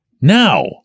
now